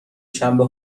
شنبه